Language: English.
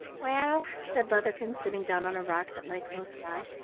well, said leatherkin, sitting down on a rock that lay close by,